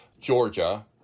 Georgia